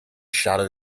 shallow